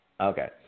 Okay